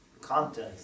content